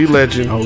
legend